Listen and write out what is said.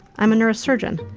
i'm a neurosurgeon.